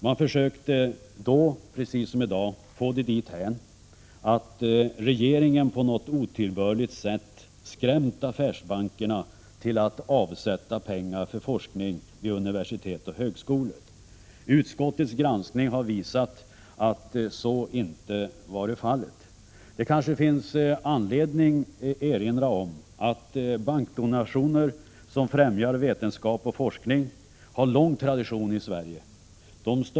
Man försökte då precis som i dag få det dithän att regeringen på något otillbörligt sätt skrämt affärsbankerna till att avsätta pengar för forskning vid universitet och högskolor. Utskottets granskning har visat att så inte varit fallet. Det kanske finns anledning erinra om att bankdonationer som främjar vetenskap och forskning har lång tradition i Sverige.